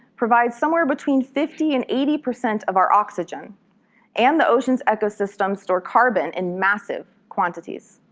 provides somewhere between fifty and eighty percent of our oxygen and the oceans ecosystems store carbon in massive quantities.